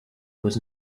was